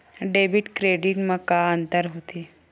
Debit credit मा का अंतर होत हे?